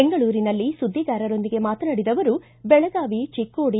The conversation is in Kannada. ಬೆಂಗಳೂರಿನಲ್ಲಿ ಸುದ್ದಿಗಾರರೊಂದಿಗೆ ಮಾತನಾಡಿದ ಅವರು ಬೆಳಗಾವಿ ಚಿಕ್ಕೋಡಿ